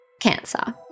Cancer